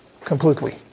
completely